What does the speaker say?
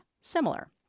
similar